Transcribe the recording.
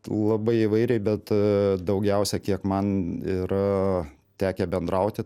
labai įvairiai bet daugiausia kiek man yra tekę bendrauti